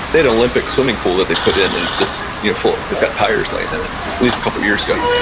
they had olympic swimming pool that they put in and it's just, you know it's got tires laying in it at least a couple of years ago